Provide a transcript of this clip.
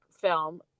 film